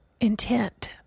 intent